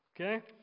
Okay